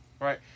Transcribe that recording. Right